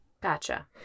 gotcha